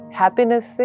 happiness